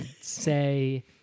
say